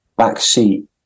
backseat